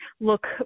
look